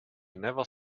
never